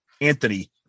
Anthony